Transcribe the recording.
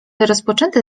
rozpoczęte